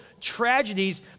tragedies